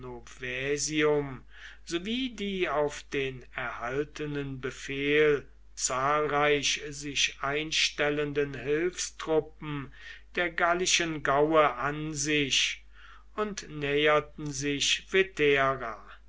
sowie die auf den erhaltenen befehl zahlreich sich einstellenden hilfstruppen der gallischen gaue an sich und näherten sich